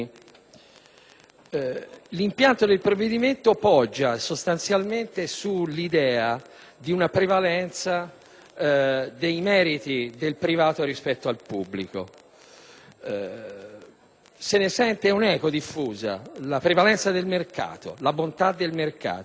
L'impianto del provvedimento poggia sostanzialmente sull'idea di una prevalenza dei meriti del privato rispetto al pubblico; se ne sente un'eco diffusa: la prevalenza del mercato, la bontà del mercato.